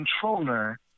controller